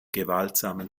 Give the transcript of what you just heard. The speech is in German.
gewaltsamen